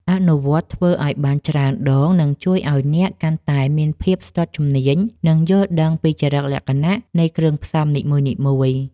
អនុវត្តធ្វើឱ្យបានច្រើនដងនឹងជួយឱ្យអ្នកកាន់តែមានភាពស្ទាត់ជំនាញ និងយល់ដឹងពីចរិតលក្ខណៈនៃគ្រឿងផ្សំនីមួយៗ។